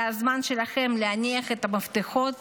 זה הזמן שלכם להניח את המפתחות